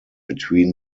between